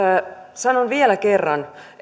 sanon vielä kerran